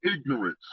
ignorance